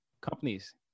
Companies